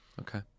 Okay